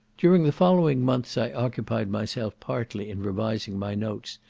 during the following months i occupied myself partly in revising my notes,